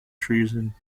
treason